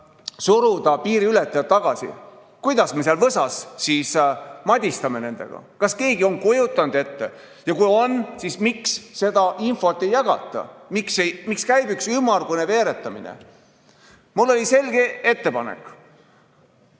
suruda piiriületajad tagasi, kuidas me seal võsas siis madistame nendega? Kas keegi on seda endale ette kujutanud ja kui on, siis miks seda infot ei jagata? Miks käib üks ümmargune veeretamine? Mul oli selge ettepanek.